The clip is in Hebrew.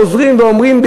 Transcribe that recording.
חוזרים ואומרים,